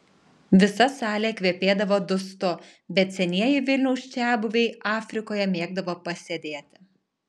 visa salė kvepėdavo dustu bet senieji vilniaus čiabuviai afrikoje mėgdavo pasėdėti